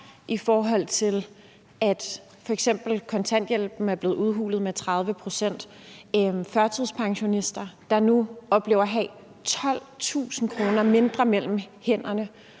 i forhold til at f.eks. kontanthjælpen er blevet udhulet med 30 pct. Der er førtidspensionister, der nu oplever at have 12.000 kr. mindre mellem hænderne.